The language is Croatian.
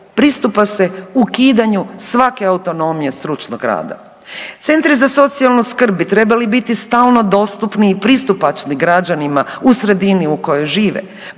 pristupa se ukidanju svake autonomije stručnog rada. Centri za socijalnu skrb bi trebali biti stalno dostupni i pristupačni građanima u sredini u kojoj žive,